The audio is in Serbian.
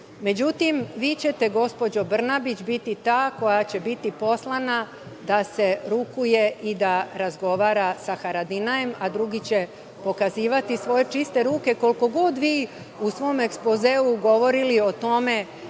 strani.Međutim, vi ćete, gospođo Brnabić, biti ta koja će biti poslata da se rukuje i da razgovara sa Haradinajem, a drugi će pokazivati svoje čiste ruke, koliko god vi u svom ekspozeu govorili o tome